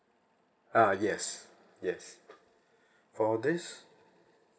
ah yes yes for this